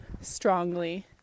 strongly